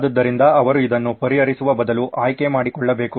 ಆದ್ದರಿಂದ ಅವರು ಇದನ್ನು ಪರಿಹರಿಸುವ ಬದಲು ಆಯ್ಕೆಮಾಡಿಕೊಳ್ಳಬೇಕು